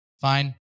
Fine